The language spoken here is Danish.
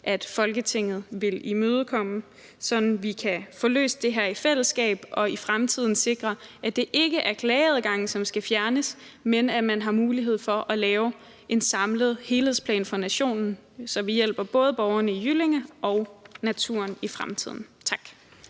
at Folketinget vil imødekomme, så vi kan få løst det her i fællesskab og i fremtiden sikrer, at det ikke er klageadgangen, som skal fjernes, men at man har mulighed for at lave en samlet helhedsplan for nationen, så vi både hjælper borgerne i Jyllinge og naturen i fremtiden. Tak.